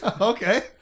Okay